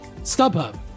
StubHub